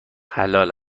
حلال